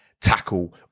tackle